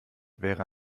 wäre